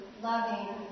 loving